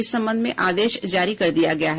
इस संबंध में आदेश जारी कर दिया गया है